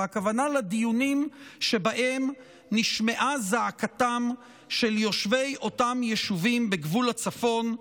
הכוונה לדיונים שבהם נשמעה זעקתם של יושבי אותם יישובים בגבול הצפון,